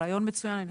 רעיון מצוין.